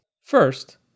First